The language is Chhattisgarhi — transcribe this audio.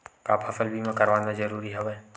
का फसल बीमा करवाना ज़रूरी हवय?